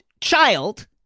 child